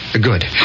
Good